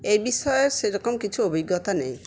এ বিষয়ে সেরকম কিছু অভিজ্ঞতা নেই